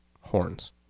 horns